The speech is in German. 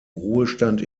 ruhestand